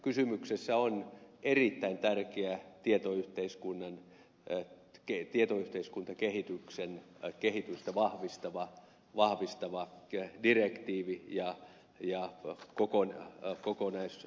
kysymyksessä on erittäin tärkeä tietoyhteiskuntakehityksen kehitystä vahvistava direktiivi ja jarkko kokon asko kuudes